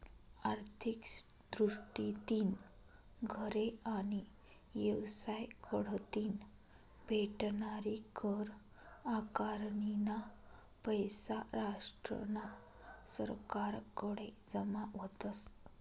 आर्थिक दृष्टीतीन घरे आणि येवसाय कढतीन भेटनारी कर आकारनीना पैसा राष्ट्रना सरकारकडे जमा व्हतस